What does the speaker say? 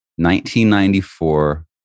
1994